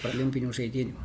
olimpinių žaidynių